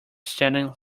standing